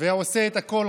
ועושה את הכול.